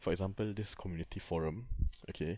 for example this community forum okay